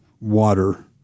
water